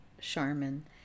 Charmin